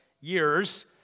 years